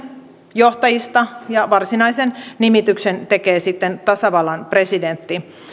johtajista ja varsinaisen nimityksen tekee sitten tasavallan presidentti